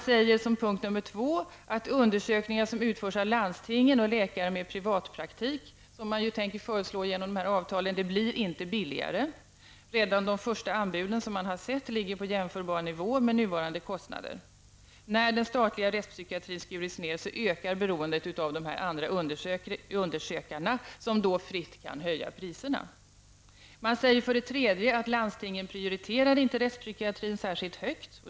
För det andra anser man att undersökningar som företas av landstingen och av läkare med privatpraktik -- vilket man tänker föreslå genom avtalen -- inte blir billigare. I de första anbuden ligger kostnaden på jämförbar nivå med nuvarande kostnader. När den statliga rättspsykiatrin skärs ned ökar behovet av de andra undersökarna som då fritt kan höja priserna. För det tredje säger man att landstingen inte prioriterar rättspsykiatrin särskilt högt.